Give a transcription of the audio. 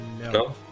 No